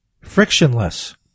Frictionless